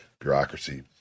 bureaucracy